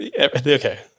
okay